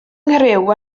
nghriw